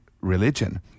religion